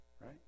Right